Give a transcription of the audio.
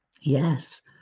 yes